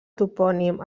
topònim